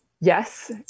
Yes